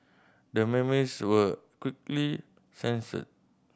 the memes were quickly censored